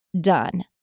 done